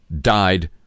died